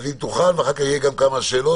ואז יהיו כמה שאלות.